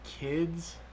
kids